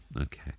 okay